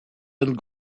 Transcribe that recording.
and